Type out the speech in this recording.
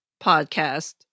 podcast